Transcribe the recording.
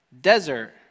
Desert